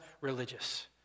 religious